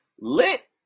lit